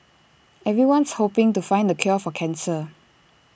everyone's hoping to find the cure for cancer